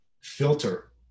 filter